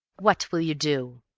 what will you do?